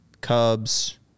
Cubs